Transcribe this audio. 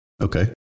Okay